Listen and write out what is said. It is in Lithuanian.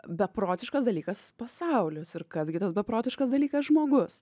beprotiškas dalykas pasaulis ir kas gi tas beprotiškas dalykas žmogus